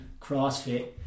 CrossFit